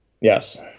Yes